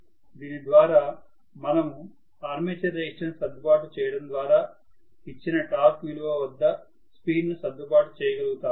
దీని ద్వారా మనము ఆర్మేచర్ రెసిస్టన్స్ సర్దుబాటు చేయడం ద్వారా ఇచ్చిన టార్క్ విలువ వద్ద స్పీడ్ ను సర్దుబాటు చేయగలుగుతాము